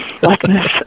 blackness